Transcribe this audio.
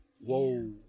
Whoa